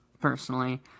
personally